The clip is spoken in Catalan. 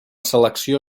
selecció